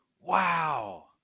Wow